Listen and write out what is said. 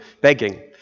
begging